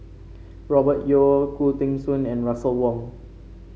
Robert Yeo Khoo Teng Soon and Russel Wong